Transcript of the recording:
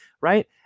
Right